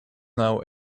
now